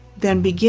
then begin